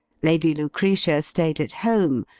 lady lucretia stayed at home,